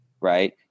right